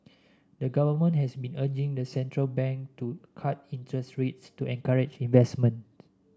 the government has been urging the central bank to cut interest rates to encourage investment